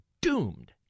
doomed